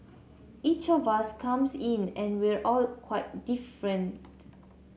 each of us comes in and we are all quite different